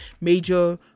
major